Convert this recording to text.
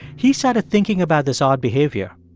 he started thinking about this odd behavior.